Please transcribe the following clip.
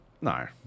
no